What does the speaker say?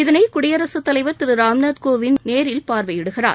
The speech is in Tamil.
இதனை குடியரசுத்தலைவர் திரு ராம்நாத்கோவிந்த் நேரில் பார்வையிடுகிறார்